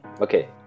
okay